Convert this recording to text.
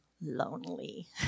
lonely